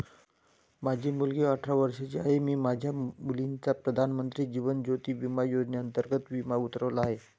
माझी मुलगी अठरा वर्षांची आहे, मी माझ्या मुलीचा प्रधानमंत्री जीवन ज्योती विमा योजनेअंतर्गत विमा उतरवणार आहे